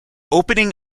opening